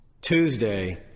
Tuesday